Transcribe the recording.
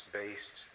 based